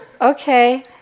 okay